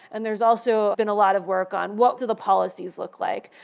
and there's also been a lot of work on what do the policies look like.